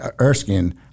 Erskine